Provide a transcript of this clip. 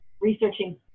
researching